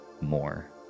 more